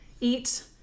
eat